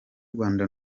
rwanda